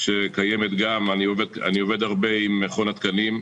שקיימת גם אני עובד הרבה עם מכון התקנים.